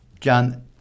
John